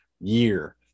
year